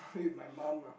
feed my mum lah